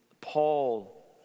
Paul